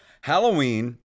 Halloween